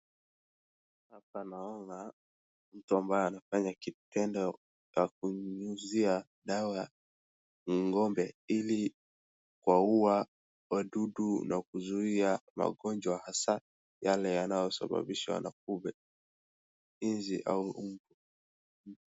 Hapa naona mtu ambaye anayefanya kitendo cha kunyunyuzia dawa ng'ombe ili kuwaua wadudu na kuzuia magonjwa hasa yale yanayosababishwa na kupe, nzi au mbu.